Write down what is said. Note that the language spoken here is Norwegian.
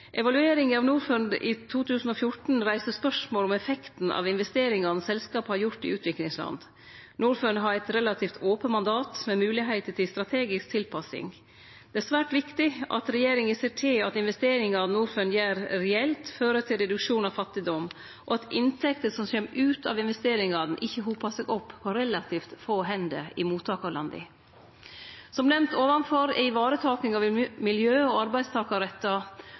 Evalueringa av Norfund i 2014 reiste spørsmål om effekten av investeringane selskapet har gjort i utviklingsland. Norfund har eit relativt ope mandat, med moglegheiter til strategisk tilpassing. Det er svært viktig at regjeringa ser til at investeringane Norfund gjer, reelt fører til reduksjon av fattigdom, og at inntekter som kjem ut av investeringane, ikkje hopar seg opp på relativt få hender i mottakarlanda. Som nemnt ovanfor er varetaking av miljø- og arbeidstakarrettar